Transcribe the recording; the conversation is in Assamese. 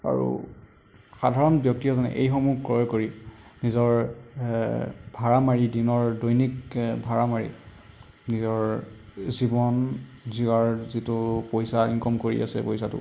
আৰু সাধাৰণ ব্যক্তি এজনে এইসমূহ ক্ৰয় কৰি নিজৰ ভাড়া মাৰি দিনৰ দৈনিক ভাড়া মাৰি নিজৰ জীৱন জীয়াৰ যিটো পইচা ইনকাম কৰি আছে পইচাটো